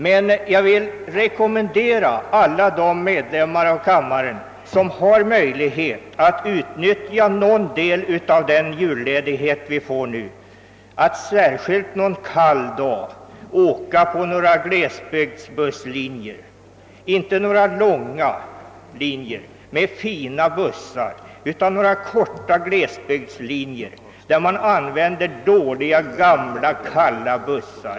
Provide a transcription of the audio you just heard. Men jag vill rekommendera de kammarledamöter som har möjlighet därtill att under den julledighet vi nu får — helst en kall dag — resa på några glesbygdsbusslinjer; inte på långlinjer där man har fina bussar, utan på korta glesbygdslinjer med gamla, dåliga och kalla bussar.